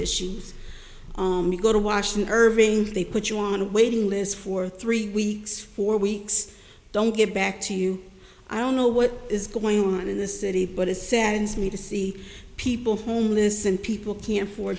issues go to washington irving they put you on a waiting list for three weeks four weeks don't get back to you i don't know what is going on in the city but it's saddens me to see people homeless and people can for